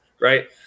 right